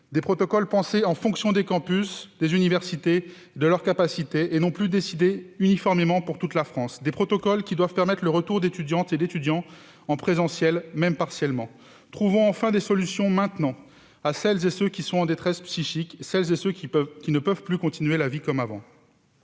des protocoles pensés en fonction des campus, des universités et de leurs capacités, et non plus fixés uniformément pour toute la France, à des protocoles qui doivent permettre le retour d'étudiantes et étudiants en présentiel, même partiellement. Trouvons enfin des solutions, maintenant, pour celles et ceux qui sont en détresse psychique, pour celles et ceux qui ne peuvent plus continuer leur vie comme avant